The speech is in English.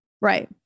Right